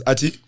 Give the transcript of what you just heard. Ati